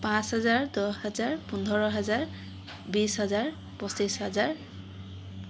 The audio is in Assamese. পাঁচ হেজাৰ দহ হেজাৰ পোন্ধৰ হেজাৰ বিশ হেজাৰ পঁচিছ হেজাৰ